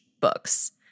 books